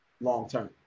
long-term